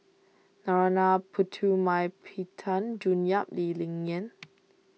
Narana Putumaippittan June Yap and Lee Ling Yen